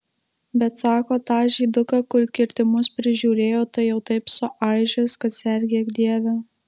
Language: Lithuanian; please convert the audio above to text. bet sako tą žyduką kur kirtimus prižiūrėjo tai jau taip suaižęs kad sergėk dieve